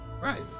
Right